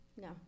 no